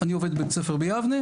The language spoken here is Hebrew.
אני עובד בבית ספר ביבנה,